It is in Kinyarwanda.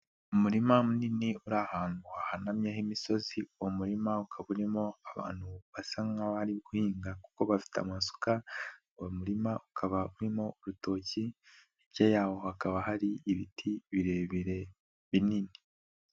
Umurima munini uri ahantu hahanamye h'imisozi, uwo murima ukaba urimo abantu basa nkaho bari guhinga kuko bafite amasuka, uwo murima ukaba urimo urutoki, hirya yawo hakaba hari ibiti birebire, binini.